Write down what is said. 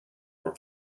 were